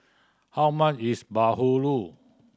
how much is bahulu